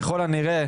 ככל הנראה,